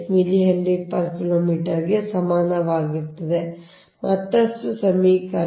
ಮತ್ತಷ್ಟು ಸರಳೀಕರಣ